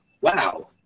wow